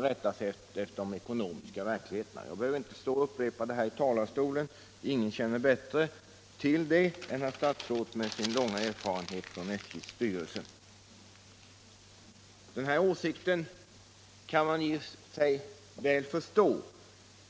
rätta sig efter den ekonomiska verkligheten. Jag behöver inte upprepa den argumenteringen från kammarens talarstol —- ingen känner bättre till den än herr statsrådet med sin långa erfarenhet från SJ:s styrelse. Man kan i och för sig förstå den åsikten.